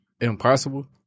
Impossible